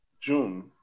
June